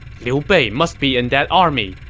liu bei must be in that army.